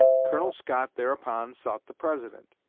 colonel scott thereupon sought the president.